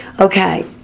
Okay